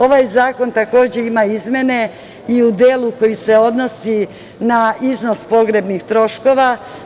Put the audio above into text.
Ovaj zakon ima izmene i u delu koji se odnosi na iznos pogrebnih troškova.